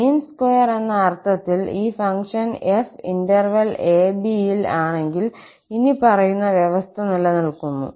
മീൻ square എന്ന അർത്ഥത്തിൽ ഈ ഫംഗ്ഷൻ 𝑓 ഇന്റർവെൽ 𝑎 𝑏ൽ ആണെങ്കിൽ ഇനിപ്പറയുന്ന വ്യവസ്ഥ നിലനിൽക്കുന്നു